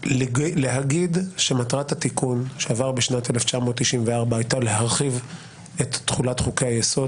להגיד שמטרת התיקון שעבר בשנת 1994 הייתה להרחיב את תכולת חוקי-היסוד